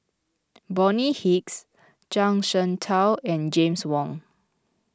Bonny Hicks Zhuang Shengtao and James Wong